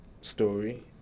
story